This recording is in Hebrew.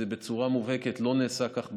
זה בצורה מובהקת לא נעשה כך.